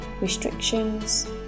restrictions